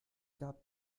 gab